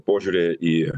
požiūryje į